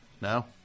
No